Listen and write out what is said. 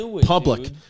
public